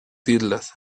islas